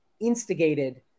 instigated